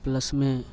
प्लसमे